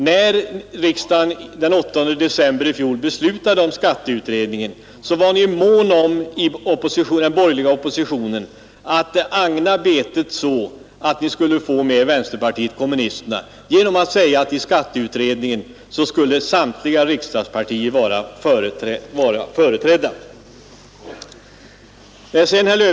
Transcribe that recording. När riksdagen den 8 december i fjol beslutade om skatteutredningen var den borgerliga oppositionen mån om att agna betet, så att ni skulle få med vänsterpartiet kommunisterna, genom att säga att i skatteutredningen skulle samtliga riksdagspartier vara företrädda. Kommunisterna dög bra!